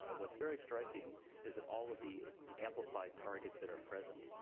ah what's very striking is that all the and amplified targets that are present,